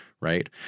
right